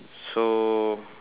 so